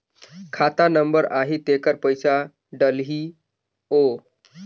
खाता नंबर आही तेकर पइसा डलहीओ?